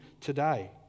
today